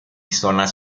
zonas